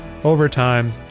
overtime